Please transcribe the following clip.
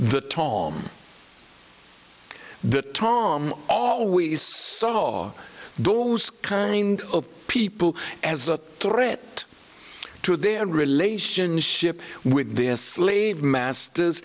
the tom the tom always saw those kind of people as a threat to their relationship with their slave masters